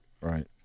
right